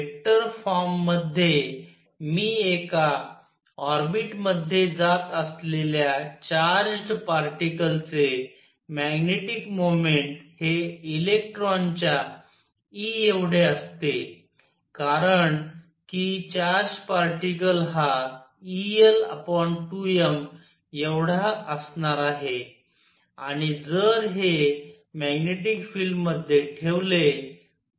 vector form मध्ये मी एका ऑर्बिट मध्ये जात असलेल्या चार्ज्ड पार्टीकल चे मॅग्नेटिक मोमेन्ट हे इलेक्ट्रॉन च्या e एवढे असते कारण कि चार्ज्ड पार्टीकल हा el2m एवढा असणार आहे आणि जर हे मॅग्नेटिक फिल्ड मध्ये ठेवले तर